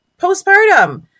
postpartum